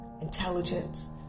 intelligence